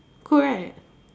cool right